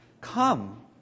Come